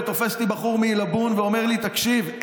תופס אותי בחור מעילבון ואומר לי: תקשיב,